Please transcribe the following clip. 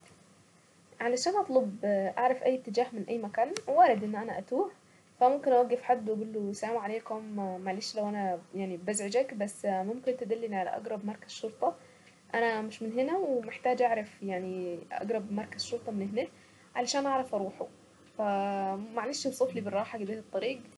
علشان أطلب أيه أعرف اي اتجاه من أي مكان، وارد أن انا اتوه، ف ممكن أوقف حد واقول له السلام عليكم معلش لو انا يعني بزعجك، بس ممكن تدلني على أقرب مركز شرطة، انا مش من هنا ومحتاجة اعرف يعني اقرب مركز شرطة من هنا، علشان اعرف اروحه، ف معلش اوصف لي بالراحة كدة الطريق.